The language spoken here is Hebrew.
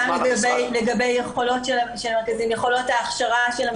גם לגבי יכולות ההכשרה של המרכזים,